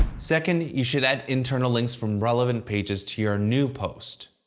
second, you should add internal links from relevant pages to your new post.